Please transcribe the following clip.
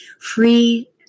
free